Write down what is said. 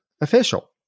official